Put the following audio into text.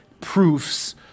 proofs